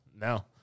No